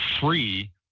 free